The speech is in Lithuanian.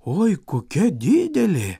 oi kokia didelė